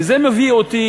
וזה מביא אותי,